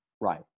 Right